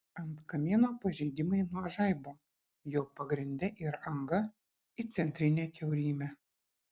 ant kamieno pažeidimai nuo žaibo jo pagrinde yra anga į centrinę kiaurymę